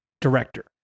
director